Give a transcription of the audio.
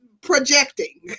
projecting